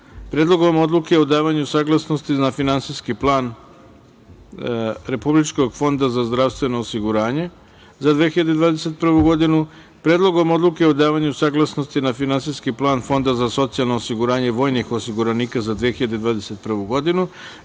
Predlogom odluke o davanju saglasnosti na Finansijski plan Republičkog fonda za zdravstveno osiguranje za 2021. godinu, Predlogom odluke o davanju saglasnosti na Finansijski plan Fonda za socijalno osiguranje, vojnih osiguranika za 2021. godinu